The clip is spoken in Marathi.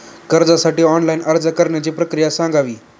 कर्जासाठी ऑनलाइन अर्ज करण्याची प्रक्रिया सांगावी